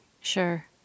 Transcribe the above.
Sure